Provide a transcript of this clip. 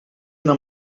una